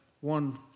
one